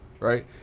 Right